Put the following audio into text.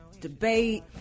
debate